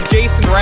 Jason